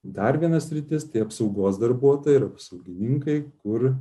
dar viena sritis tai apsaugos darbuotojai ir apsaugininkai kur